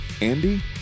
Andy